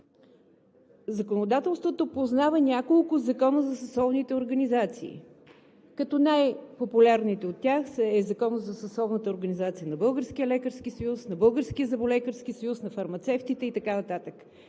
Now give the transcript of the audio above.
законодателството познава няколко закона за съсловните организации, като най-популярните от тях са: Законът за съсловната организация на Българския лекарски съюз, на Българския зъболекарски съюз, на фармацевтите и така нататък.